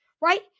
right